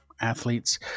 athletes